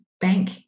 bank